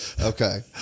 Okay